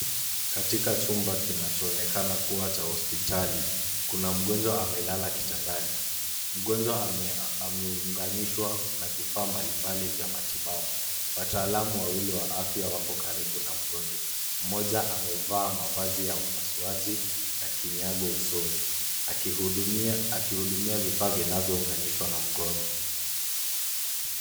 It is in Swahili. Katika chumba kinachoonekana kuwa cha hospitali, kuna mgonjwa amelala kitandani, mgonjwa ameunganishwa na vifaa mbalimbali vya matibabu, wataalamu wawili wa afya wako karibu na mgonjwa, mmoja amevaa mavazi ya upasuaji na kinyago usoni, akihudumia vifaa vinavyounganishwa na mgonjwa.